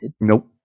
Nope